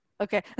Okay